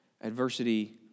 adversity